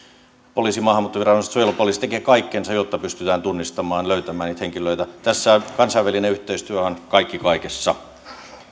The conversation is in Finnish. poliisi maahanmuuttoviranomaiset suojelupoliisi tekevät kaikkensa jotta pystytään tunnistamaan löytämään niitä henkilöitä tässä kansainvälinen yhteistyö on kaikki kaikessa